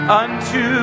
unto